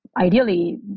ideally